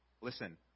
Listen